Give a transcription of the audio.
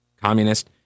communist